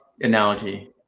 analogy